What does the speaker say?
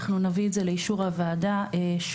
אנחנו נביא את זה לאישור הוועדה שוב,